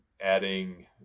adding